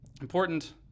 important